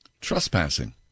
Trespassing